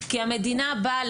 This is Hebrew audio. כי המדינה באה,